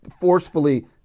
forcefully